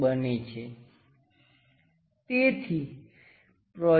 તેથી આ સાચો સામેનો દેખાવ નથી સંભવત સામેનો દેખાવ આ દિશામાં હોઈ શકે છે